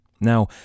Now